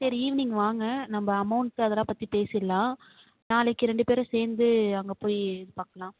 சரி ஈவினிங் வாங்க நம்ம அமௌன்ட் அதெல்லாம் பேசிவிடலாம் நாளைக்கு ரெண்டு பேரும் சேர்ந்து அங்கே போய் பார்க்கலாம்